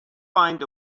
find